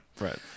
Right